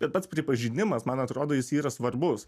bet pats pripažinimas man atrodo jis yra svarbus